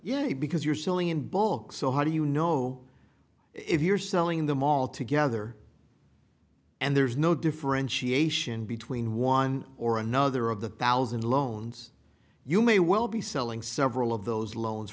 yet because you're selling books so how do you know if you're selling them all together and there's no differentiation between one or another of the thousand loans you may well be selling several of those loans